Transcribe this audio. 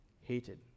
hated